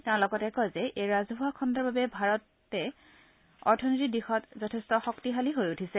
তেওঁ লগতে কয় যে এই ৰাজহুৱা খণ্ডৰ বাবে ভাৰতৰ অৰ্থনৈতি যথেষ্ট শক্তিশালী হৈ উঠিছে